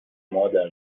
مادر